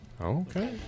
Okay